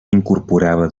incorporava